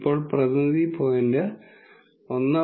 ഇപ്പോൾ പ്രതിനിധി പോയിന്റ് 1